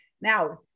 Now